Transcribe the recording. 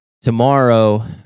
Tomorrow